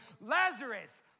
Lazarus